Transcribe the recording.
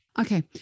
Okay